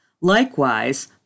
Likewise